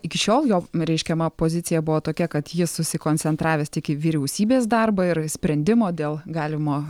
iki šiol jo reiškiama pozicija buvo tokia kad jis susikoncentravęs tik į vyriausybės darbą ir sprendimo dėl galimo